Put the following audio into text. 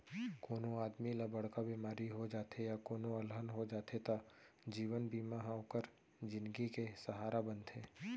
कोनों आदमी ल बड़का बेमारी हो जाथे या कोनों अलहन हो जाथे त जीवन बीमा ह ओकर जिनगी के सहारा बनथे